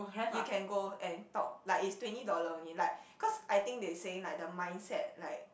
you can go and talk like is twenty dollar only like cause I think they saying like the mindset like